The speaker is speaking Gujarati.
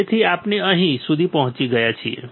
તેથી આપણે અહીં સુધી પહોંચી ગયા છીએ